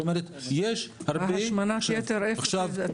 זאת אומרת שיש הרבה --- השמנת יתר איפה נמצאת?